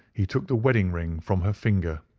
he took the wedding-ring from her finger.